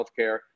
healthcare